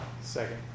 Second